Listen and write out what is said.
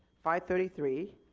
thirty three.